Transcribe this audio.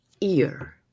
ear